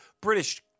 British